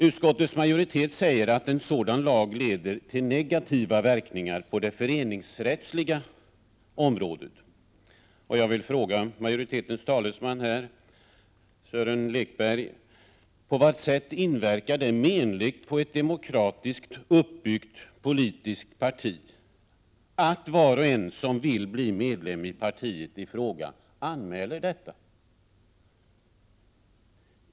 Utskottets majoritet säger att en sådan lag leder till negativa verkningar på det föreningsrättsliga området. Jag vill fråga majoritetens talesman Sören Lekberg: På vad sätt inverkar det menligt på ett demokratiskt uppbyggt politiskt parti att var och en som vill bli medlem i partiet i fråga anmäler detta?